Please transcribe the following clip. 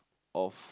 of